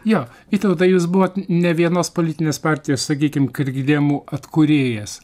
jo vytautai jūs buvot ne vienos politinės partijos sakykim krigdemų atkūrėjas